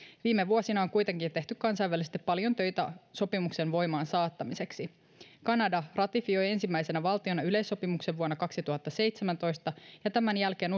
viime vuosina on kuitenkin jo tehty kansainvälisesti paljon töitä sopimuksen voimaan saattamiseksi kanada ratifioi ensimmäisenä valtiona yleissopimuksen vuonna kaksituhattaseitsemäntoista ja tämän jälkeen